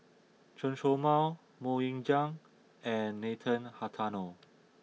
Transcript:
Chen Show Mao Mok Ying Jang and Nathan Hartono